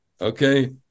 okay